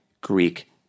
Greek